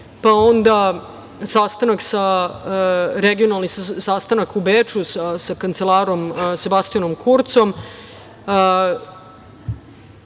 sastanak, regionalni sastanak u Beču sa kancelarom Sebastijanom Kurcom. Tokom